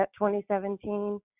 2017